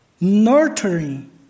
nurturing